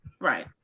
Right